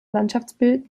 landschaftsbild